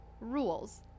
Rules